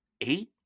eight